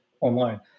online